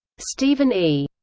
stephen e.